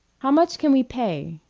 how much can we pay?